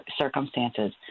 circumstances